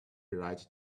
right